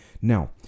now